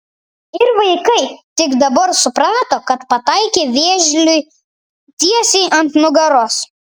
ir vaikai tik dabar suprato kad pataikė vėžliui tiesiai ant nugaros